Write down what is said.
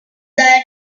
diet